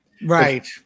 Right